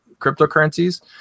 cryptocurrencies